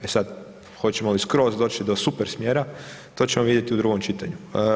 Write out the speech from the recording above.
E sad, hoćemo li skroz doći do super smjera, to ćemo vidjeti u drugom čitanju.